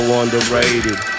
underrated